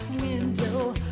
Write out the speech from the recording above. Window